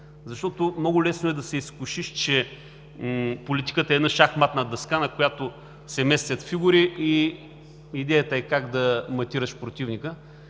ходове. Много е лесно да се изкушиш, че политиката е една шахматна дъска, на която се местят фигури и идеята е как да матираш противника.